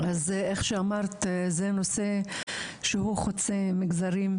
זה נושא שהוא חוצה מגזרים.